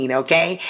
okay